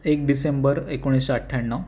एक डिसेंबर एकोणीसशे अठ्ठ्याण्णव